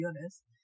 honest